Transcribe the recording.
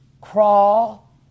crawl